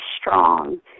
strong